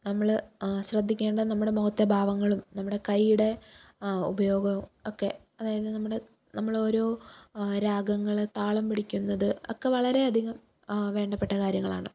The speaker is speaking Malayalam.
നമ്മൾ ശ്രദ്ധിക്കേണ്ട നമ്മുടെ മുഖത്തെ ഭാവങ്ങളും നമ്മുടെ കയ്യുടെ ഉപയോഗവും ഒക്കെ അതായത് നമ്മുടെ നമ്മളോരൊ രാഗങ്ങൾ താളമ്പിടിക്കുന്നത് ഒക്കെ വളരെ അധികം വേണ്ടപ്പെട്ട കാര്യങ്ങളാണ്